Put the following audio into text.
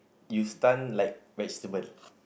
you stun like vegetable